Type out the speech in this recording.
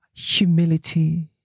Humility